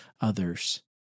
others